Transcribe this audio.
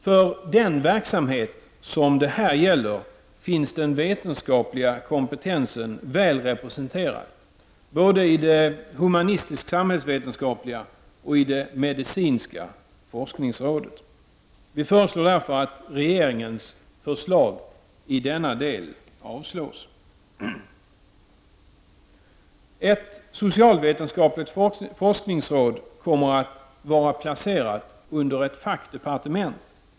För den verksamhet som det här gäller finns den vetenskapliga kompetensen väl representerad både i det humanistisk-samhällsvetenskapliga och i det medicinska forskningsrådet. Vi föreslår därför att regeringens förslag i denna del avslås. Ett socialvetenskapligt forskningsråd kommer att vara placerat under ett fackdepartement.